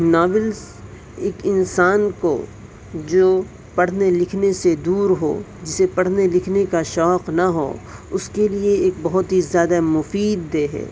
novels ایک انسان کو جو پڑھنے لکھنے سے دور ہو جسے پڑھنے لکھنے کا شوق نہ ہو اس کے لیے ایک بہت ہی زیادہ مفید دہ ہے